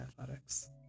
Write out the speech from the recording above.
Athletics